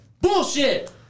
Bullshit